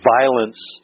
violence